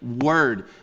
word